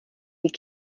die